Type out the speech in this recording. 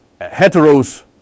heteros